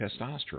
testosterone